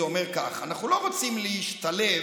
זה אומר: אנחנו לא רוצים להשתלב,